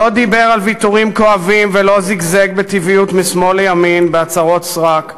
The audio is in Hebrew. לא דיבר על ויתורים כואבים ולא זיגזג בטבעיות משמאל לימין בהצהרות סרק.